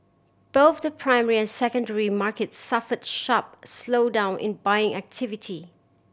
both the primary and secondary markets suffered sharp slowdown in buying activity